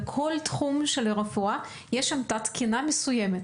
ובכל התחום של הרפואה יש תת תקינה מסוימת.